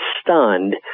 stunned